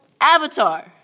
Avatar